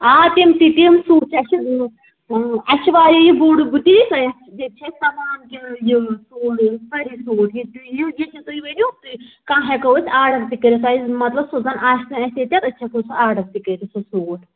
آ تِم تہِ تِم سوٗٹ اَسہِ چھِ اَسہِ چھِ واریاہ یہِ بوٚڈ بُٹیٖک ییٚتہِ چھِ اَسہِ تمام کیٚنہہ یہِ سورُے واریاہ سوٗٹ ییٚتہِ تُہۍ ؤنِو تہٕ کانٛہہ ہٮ۪کَو أسۍ آرڈَر تہِ کٔرِتھ مطلب سُہ زَنہٕ آسہِ نہٕ اَسہِ ییٚتیٚتھ أسۍ ہٮ۪کَو آرڈَر تہِ کٔرِتھ سُہ سوٗٹ